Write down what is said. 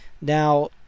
Now